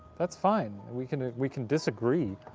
that's fine, we can we can disagree.